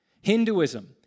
Hinduism